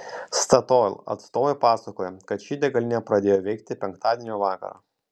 statoil atstovai pasakojo kad ši degalinė pradėjo veikti penktadienio vakarą